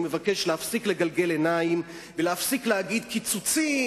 אני מבקש להפסיק לגלגל עיניים ולהפסיק להגיד קיצוצים,